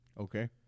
Okay